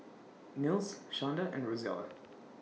Nils Shonda and Rozella